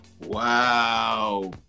wow